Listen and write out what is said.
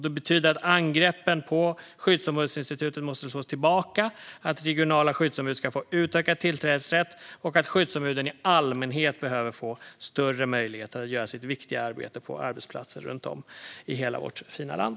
Det betyder att angreppen på skyddsombudsinstitutet måste slås tillbaka, att regionala skyddsombud ska få utökad tillträdesrätt och att skyddsombuden i allmänhet behöver få större möjligheter att göra sitt viktiga arbete på arbetsplatser runt om i hela vårt fina land.